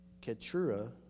Keturah